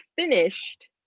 finished